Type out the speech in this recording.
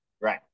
Right